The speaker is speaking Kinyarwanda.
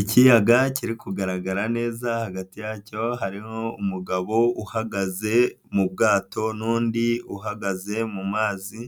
Ikiyaga kiri kugaragara neza hagati yacyo hari umugabo uhagaze mu bwato n'undi uhagaze mu mazi,